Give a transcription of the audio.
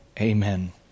Amen